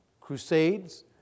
Crusades